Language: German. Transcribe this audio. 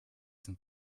zum